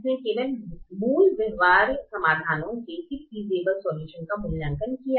इसने केवल मूल व्यवहार्य समाधानों का मूल्यांकन किया